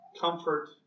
comfort